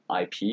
ip